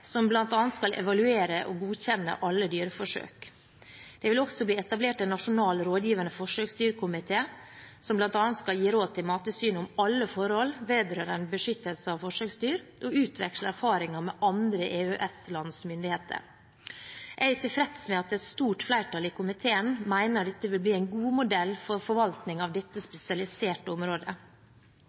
som bl.a. skal evaluere og godkjenne alle dyreforsøk. Det vil også bli etablert en nasjonal rådgivende forsøksdyrkomité som bl.a. skal gi råd til Mattilsynet om alle forhold vedrørende beskyttelse av forsøksdyr og utveksle erfaringer med andre EØS-lands myndigheter. Jeg er tilfreds med at et stort flertall i komiteen mener dette vil bli en god modell for forvaltning av dette spesialiserte området.